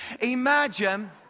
imagine